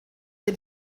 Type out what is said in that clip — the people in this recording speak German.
dem